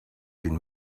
been